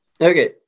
Okay